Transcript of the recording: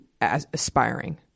aspiring